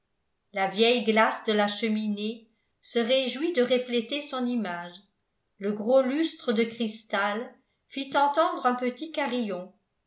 la vieille glace de la cheminée se réjouit de refléter son image le gros lustre de cristal fit entendre un petit carillon